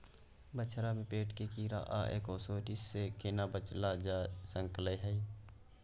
बछरा में पेट के कीरा आ एस्केरियासिस से केना बच ल जा सकलय है?